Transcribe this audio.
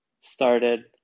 started